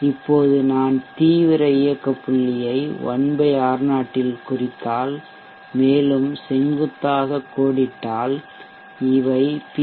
இப்போது நான் தீவிர இயக்க புள்ளியை 1 R0 இல் குறித்தால் மற்றும் செங்குத்தாக கோடிட்டால் இவை பி